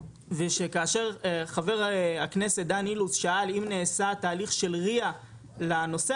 וכאשר חבר הכנסת דן אילוז שאל אם נעשה תהליך של RIA לנושא